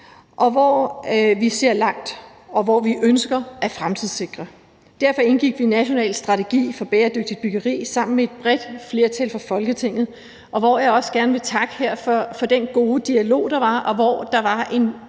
hvor vi ser langt, og hvor vi ønsker at fremtidssikre. Derfor indgik vi »National strategi for bæredygtigt byggeri« sammen med et bredt flertal af Folketinget, og her vil jeg gerne takke for den gode dialog, der var, hvor der var en